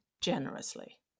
generously